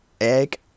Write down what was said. egg